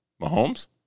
Mahomes